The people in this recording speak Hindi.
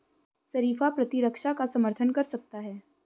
शरीफा प्रतिरक्षा का समर्थन कर सकता है